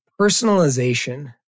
personalization